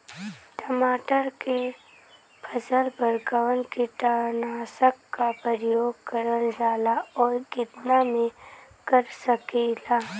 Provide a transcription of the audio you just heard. मटर के फसल पर कवन कीटनाशक क प्रयोग करल जाला और कितना में कर सकीला?